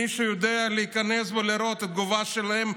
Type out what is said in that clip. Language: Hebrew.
מי שיודע להיכנס ולראות את התגובה שלהם,